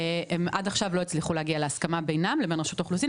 הם עד עכשיו לא הצליחו להגיע להסכמה בינם לבין רשות האוכלוסין,